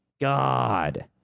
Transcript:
God